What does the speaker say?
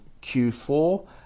Q4